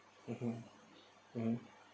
mmhmm mm